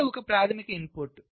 A ఒక ప్రాధమిక input